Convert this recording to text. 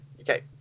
Okay